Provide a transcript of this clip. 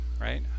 right